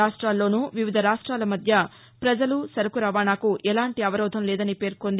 రాష్ట్రాల్లోనూ వివిధ రాష్ట్రాల మధ్య ప్రజలు సరుకు రవాణాకు ఎలాంటి అవరోధం లేదని పేర్కొంది